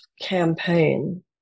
campaign